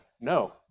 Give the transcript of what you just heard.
no